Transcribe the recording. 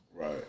Right